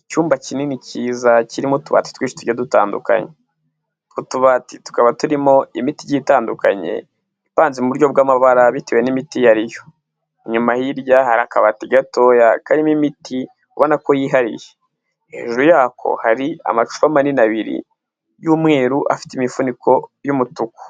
Icyumba kinini kiza kirimo utubati twinshi tugiye dutandukanye, utwo tubati tukaba turimo imiti igiye itandukanye, ipanze mu buryo bw'amabara bitewe n'imiti iyo ari yo, inyuma hirya hari akabati gatoya karimo imiti ubona ko yihariye, hejuru yako hari amacupa manini abiri y'umweru afite imifuniko y'umutuku,